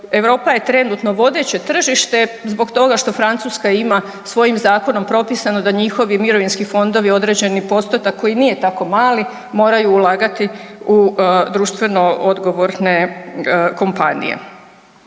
Europa je trenutno vodeće tržište zbog toga što Francuska ima svojim zakonom propisano da njihovi mirovinski fondovi određeni postotak koji nije tako mali moraju ulagati u društveno odgovorne kompanije.